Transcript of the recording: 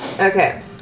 Okay